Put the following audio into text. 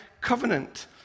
covenant